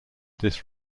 this